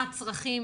מה הצרכים,